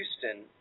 Houston